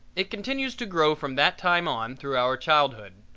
it continues to grow from that time on through our childhood,